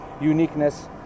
uniqueness